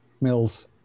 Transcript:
Mills